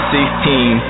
Sixteen